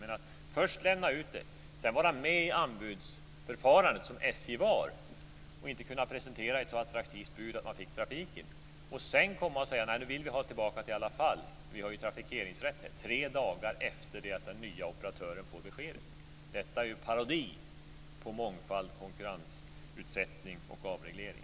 Men att först lämna ut det och sedan vara med vid anbudsförfarandet, som ju SJ var, och inte kunna presentera ett så attraktivt bud att man får trafiken för att därefter komma och säga att nej, nu vill vi ha tillbaka det i alla fall eftersom vi har trafikeringsrätten - och detta tre dagar efter det att den nye operatören får beskedet - är en parodi på mångfald, konkurrensutsättning och avreglering.